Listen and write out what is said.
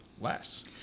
less